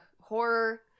horror